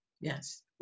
Yes